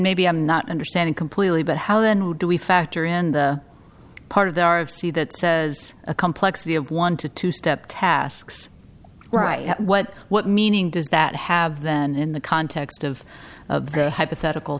maybe i'm not understand completely but how do we factor in the part of the hour of c that says a complexity of one to two step tasks right what what meaning does that have then in the context of of the hypothetical